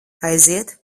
aiziet